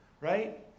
right